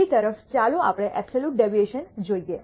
બીજી તરફ ચાલો આપણે અબ્સોલ્યૂટ ડેવિએશન જોઈએ